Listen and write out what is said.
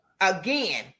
again